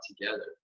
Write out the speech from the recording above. together